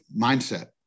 mindset